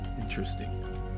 interesting